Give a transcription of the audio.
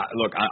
look